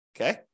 Okay